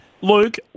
Luke